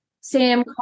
Sam